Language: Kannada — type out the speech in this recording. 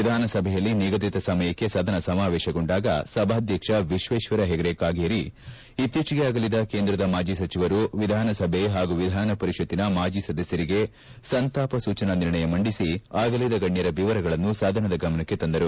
ವಿಧಾನಸಭೆಯಲ್ಲಿ ನಿಗದಿತ ಸಮಯಕ್ಕೆ ಸದನ ಸಮಾವೇಶಗೊಂಡಾಗ ಸಭಾಧ್ಯಕ್ಷ ವಿಶ್ವೇಶ್ವರ ಹೆಗಡೆಕಾಗೇರಿ ಇತ್ತೀಚೆಗೆ ಅಗಲಿದ ಕೇಂದ್ರದ ಮಾಜಿ ಸಚಿವರು ಎಧಾನಸಭೆ ಪಾಗೂ ಎಧಾನಪರಿಷತ್ತಿನ ಮಾಜಿ ಸದಸ್ದರಿಗೆ ಸಂತಾಪ ಸೂಚನಾ ನಿರ್ಣಯ ಮಂಡಿಸಿ ಆಗಲಿದ ಗಣ್ಯರ ವಿವರಗಳನ್ನು ಸದನದ ಗಮನಕ್ಕೆ ತಂದರು